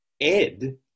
ed